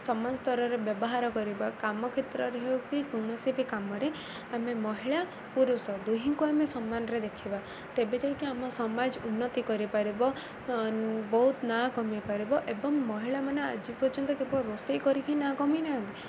ସମାନ୍ତରରେ ବ୍ୟବହାର କରିବା କାମ କ୍ଷେତ୍ରରେ ହେଉ କିି କୌଣସି ବି କାମରେ ଆମେ ମହିଳା ପୁରୁଷ ଦୁହିଁଙ୍କୁ ଆମେ ସମାନରେ ଦେଖିବା ତେବେ ଯାାଇକି ଆମ ସମାଜ ଉନ୍ନତି କରିପାରିବ ବହୁତ ନା କମିପାରିବ ଏବଂ ମହିଳାମାନେ ଆଜି ପର୍ଯ୍ୟନ୍ତ କେବଳ ରୋଷେଇ କରିକି ନା କମି ନାହାନ୍ତି